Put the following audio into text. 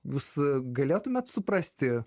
jūs galėtumėt suprasti